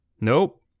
nope